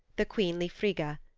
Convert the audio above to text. the queenly frigga.